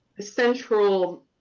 central